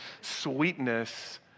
sweetness